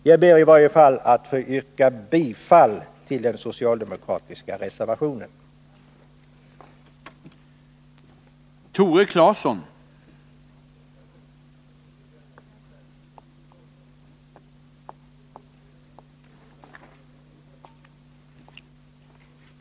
Jag ber i varje fall att få yrka bifall till den socialdemokratiska reservationen i civilutskottets betänkande. tiska åtgärder